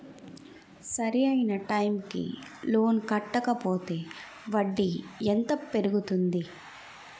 సరి అయినా టైం కి లోన్ కట్టకపోతే వడ్డీ ఎంత పెరుగుతుంది?